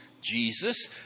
Jesus